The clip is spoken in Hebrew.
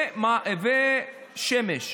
ושמש.